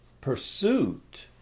pursuit